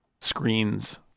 screens